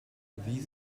these